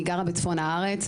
אני גרה בצפון הארץ,